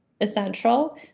essential